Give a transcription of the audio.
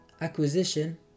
acquisition